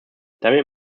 damit